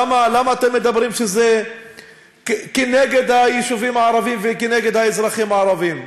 למה אתם אומרים שזה נגד היישובים הערביים ונגד האזרחים הערבים?